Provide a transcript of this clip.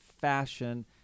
fashion